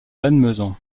lannemezan